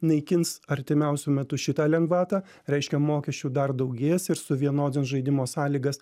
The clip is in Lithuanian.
naikins artimiausiu metu šitą lengvatą reiškia mokesčių dar daugės ir suvienodins žaidimo sąlygas